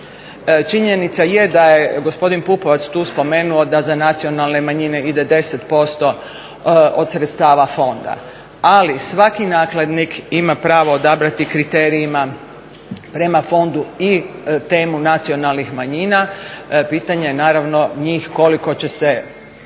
Činjenica je da je gospodin Pupovac tu spomenuo da za nacionalne manjine ide 10% od sredstava fonda, ali svaki nakladnik ima pravo odabrati kriterije prema Fondu i temu nacionalnih manjina, pitanje je naravno njih koliko će se uključiti